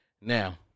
Now